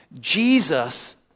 Jesus